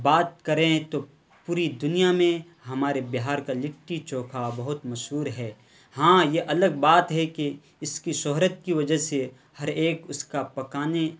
بات کریں تو پوری دنیا میں ہمارے بہار کا لٹی چوکھا بہت مشہور ہے ہاں یہ الگ بات ہے کہ اس کی شہرت کی وجہ سے ہر ایک اس کا پکانے